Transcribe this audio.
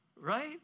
right